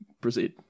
proceed